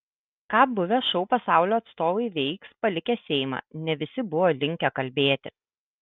ką buvę šou pasaulio atstovai veiks palikę seimą ne visi buvo linkę kalbėti